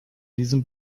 diesem